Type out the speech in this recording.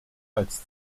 als